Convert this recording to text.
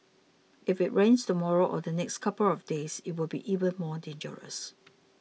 if it rains tomorrow or the next couple of days it will be even more dangerous